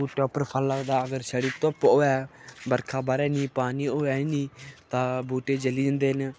बूह्टें उप्पर फल लगदा अगर छड़ी धुप्प होऐ बरखा ब'रै नी पानी होऐ नी तां बूह्टे जली जंदे न